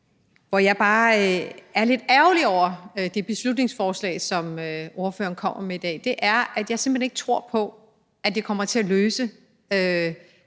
hvor jeg bare er lidt ærgerlig over det beslutningsforslag, som ordføreren kommer med i dag, er, at jeg simpelt hen ikke tror på, at det kommer til at løse